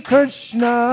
Krishna